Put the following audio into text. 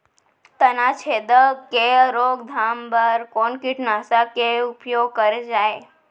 तनाछेदक के रोकथाम बर कोन कीटनाशक के उपयोग करे जाये?